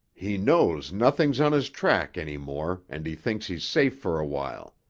he knows nothing's on his track any more and he thinks he's safe for a while.